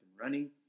running